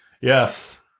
yes